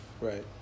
Right